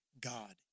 God